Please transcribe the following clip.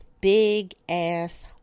big-ass